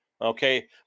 Okay